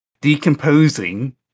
decomposing